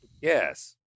Yes